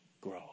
grow